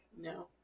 no